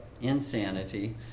insanity